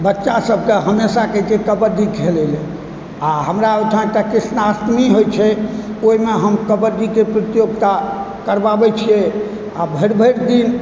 बच्चा सभकेँ हमेशा कहै छियै कबड्डी खेलै लऽ आओर हमरा ओहिठाम तऽ कृष्णाष्टमी होइत छै ओहिमे हम कबड्डीके प्रतियोगिता करबाबै छियै आओर भरि भरि दिन